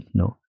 no